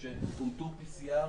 שאומתו ב-PCR,